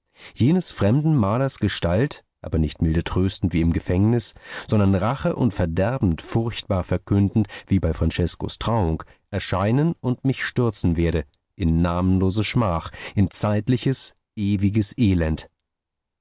jenes fremden malers gestalt aber nicht milde tröstend wie im gefängnis sondern rache und verderben furchtbar verkündend wie bei franceskos trauung erscheinen und mich stürzen werde in namenlose schmach in zeitliches ewiges elend